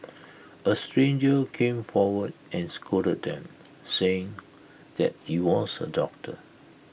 A stranger came forward and scolded them saying that he was A doctor